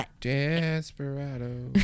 Desperado